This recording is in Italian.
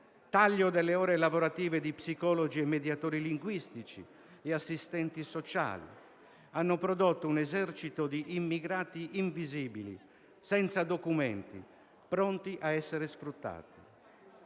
taglio delle ore lavorative di psicologi, mediatori linguistici e assistenti sociali hanno prodotto un esercito di immigrati invisibili, senza documenti e pronti a essere sfruttati.